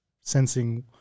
sensing